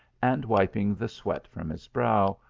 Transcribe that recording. and wiping the sweat from his brow, ah